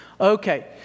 Okay